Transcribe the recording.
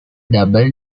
double